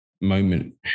moment